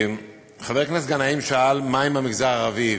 חבר הכנסת גנאים שאל מה עם המגזר הערבי.